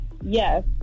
Yes